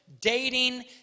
dating